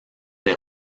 des